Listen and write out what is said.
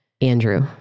Andrew